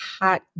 hot